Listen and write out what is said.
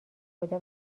خدا